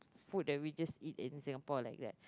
food that we just eat in Singapore like that